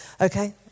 okay